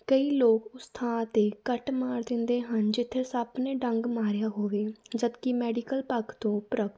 ਕਈ ਲੋਕ ਉਸ ਥਾਂ ਤੇ ਕੱਟ ਮਾਰ ਦਿੰਦੇ ਹਨ ਜਿੱਥੇ ਸੱਪ ਨੇ ਡੰਗ ਮਾਰਿਆ ਹੋਵੇ ਜਦਕਿ ਮੈਡੀਕਲ ਪੱਖ ਤੋਂ ਪ੍ਰਾਪਤ